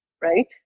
right